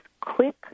quick